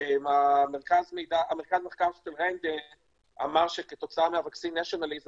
מרכז המחקר של --- אמר שכתוצאה מה-Vaccine-Nationalism